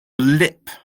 lip